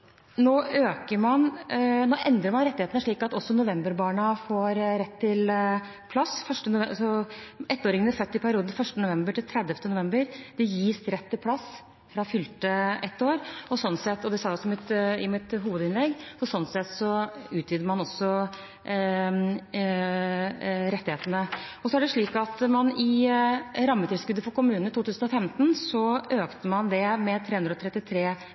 Nå endrer man rettighetene slik at også novemberbarna får rett til plass. Barn født i perioden 1. november–30. november gis rett til plass fra fylte ett år, så sånn sett – og det sa jeg også i mitt hovedinnlegg – utvider man også rettighetene. Så er det slik at man i rammetilskuddet for kommunene i 2015 økte dette med 333 mill. kr, og så økte man det ytterligere med